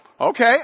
okay